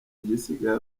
igisigaye